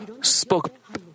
spoke